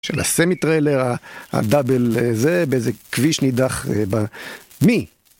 של הסמי-טריילר הדאבל זה באיזה כביש נידח, מי?